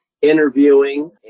interviewing